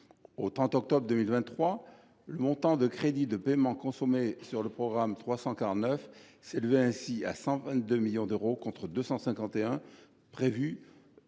Au 30 octobre 2023, les montants de crédits de paiement consommés sur le programme 349 s’élevaient ainsi à 122 millions d’euros, contre 251 millions